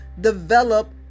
develop